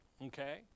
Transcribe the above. Okay